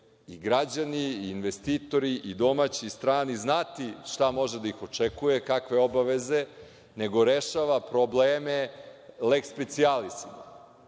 i građani i investitori i domaći i strani znati šta može da ih očekuje, kakve obaveze, nego rešava probleme leks specijalisima.